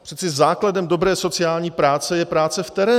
Přeci základem dobré sociální práce je práce v terénu.